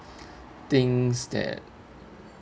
things that